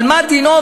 אבל מה דינו,